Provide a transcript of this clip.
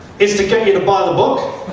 is to get you to buy the book.